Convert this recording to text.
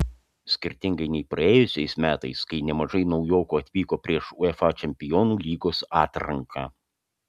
skirtingai nei praėjusiais metais kai nemažai naujokų atvyko prieš uefa čempionų lygos atranką